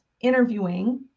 interviewing